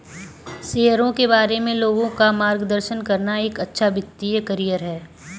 शेयरों के बारे में लोगों का मार्गदर्शन करना एक अच्छा वित्तीय करियर है